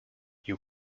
you